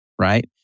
right